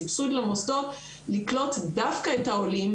סיבדוס למוסדות לקלוט דווקא את העולים,